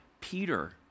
Peter